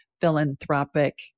philanthropic